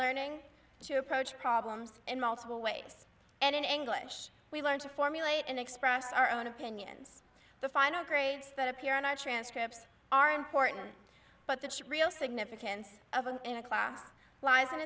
learning to approach problems in multiple ways and in english we learn to formulate and express our own opinions the final grades that appear on our transcript are important but the real significance of a class lies